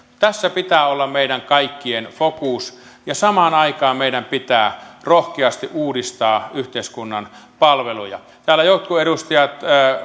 tässä pitää olla meidän kaikkien fokus ja samaan aikaan meidän pitää rohkeasti uudistaa yhteiskunnan palveluja täällä jotkut edustajat